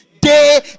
day